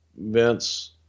Vince